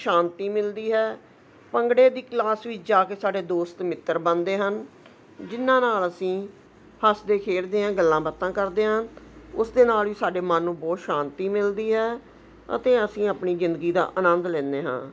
ਸ਼ਾਂਤੀ ਮਿਲਦੀ ਹੈ ਭੰਗੜੇ ਦੀ ਕਲਾਸ ਵਿੱਚ ਜਾ ਕੇ ਸਾਡੇ ਦੋਸਤ ਮਿੱਤਰ ਬਣਦੇ ਹਨ ਜਿਹਨਾਂ ਨਾਲ ਅਸੀਂ ਹੱਸਦੇ ਖੇਡਦੇ ਹਾਂ ਗੱਲਾਂ ਬਾਤਾਂ ਕਰਦੇ ਹਾਂ ਉਸ ਦੇ ਨਾਲ ਵੀ ਸਾਡੇ ਮਨ ਨੂੰ ਬਹੁਤ ਸ਼ਾਂਤੀ ਮਿਲਦੀ ਹੈ ਅਤੇ ਅਸੀਂ ਆਪਣੀ ਜ਼ਿੰਦਗੀ ਦਾ ਆਨੰਦ ਲੈਂਦੇ ਹਾਂ